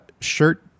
shirt